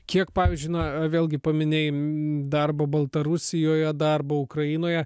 kiek pavyzdžiui na vėlgi paminėjai darbo baltarusijoje darbo ukrainoje